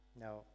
Now